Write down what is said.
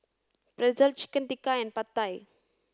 Pretzel Chicken Tikka and Pad Thai